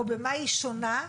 או במה היא שונה,